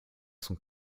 son